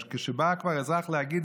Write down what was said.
כשבא האזרח להגיד,